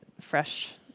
fresh